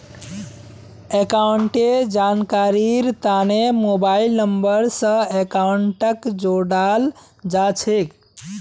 अकाउंटेर जानकारीर तने मोबाइल नम्बर स अकाउंटक जोडाल जा छेक